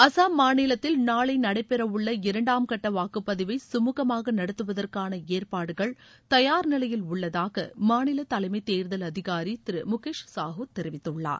அசாம் மாநிலத்தில் நாளை நடைபெறவுள்ள இரண்டாம் கட்ட வாக்குப்பதிவை கமூகமாக நடத்துவதற்கான ஏற்பாடுகள் தயார்நிலையில் உள்ளதாக மாநில தலைமை தேர்தல் அதிகாரி திரு முகேஷ் சாகு தெரிவித்துள்ளார்